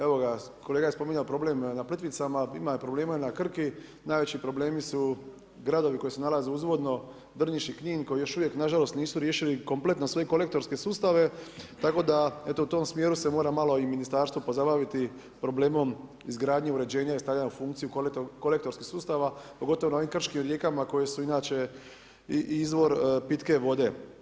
Evo ga, kolega je spominjao problem na Plitvicama, ima problema i na Krki, najveći problemi su gradovi koji se nalaze uzvodno Drniš i Knin koji još uvijek nažalost nisu riješili kompletno sve kolektorske sustave, tako da u tom smjeru se mora malo i ministarstvo pozabaviti problemom izgradnje uređenja i stavljanja u funkciju kolektorskih sustava pogotovo na ovim kršim rijekama koje su inače i izvor pitke vode.